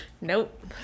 Nope